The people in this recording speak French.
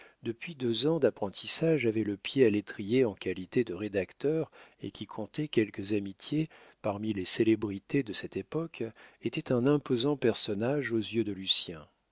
depuis deux ans d'apprentissage avait le pied à l'étrier en qualité de rédacteur et qui comptait quelques amitiés parmi les célébrités de cette époque était un imposant personnage aux yeux de